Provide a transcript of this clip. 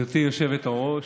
גברתי היושבת-ראש,